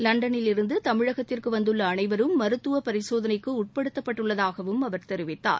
லண்டனிலிருந்து தமிழகத்திற்கு வந்துள்ள அனைவரும் மருத்துவ பரிசோதனைக்கு உட்படுத்தப்பட்டுள்ளதாகவும் அவர் தெரிவித்தார்